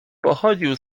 pochodził